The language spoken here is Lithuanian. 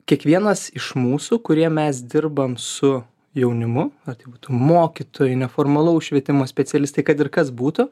kiekvienas iš mūsų kurie mes dirbam su jaunimu ar tai būtų mokytojai neformalaus švietimo specialistai kad ir kas būtų